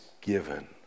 given